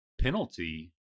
penalty